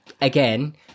again